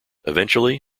eventually